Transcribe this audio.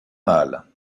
mâles